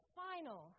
final